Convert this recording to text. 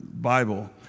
Bible